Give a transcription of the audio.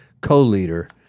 co-leader